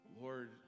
Lord